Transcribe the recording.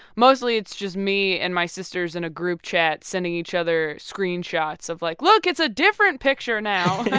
mostly it's just me and my sisters in a group chat sending each other screenshots of like, look, it's a different picture now!